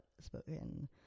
spoken